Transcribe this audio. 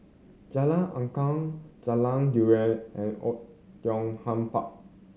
Jalan Angklong Jalan Durian and Oei Tiong Ham Park